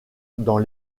dans